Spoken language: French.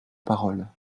parole